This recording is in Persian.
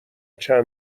چند